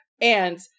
and-